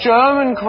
German